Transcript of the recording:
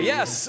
Yes